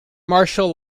martial